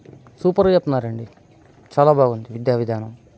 సూపర్గా చెప్తున్నారండి చాలా బాగుంది విద్యా విధానం